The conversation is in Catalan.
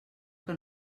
que